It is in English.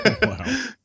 Wow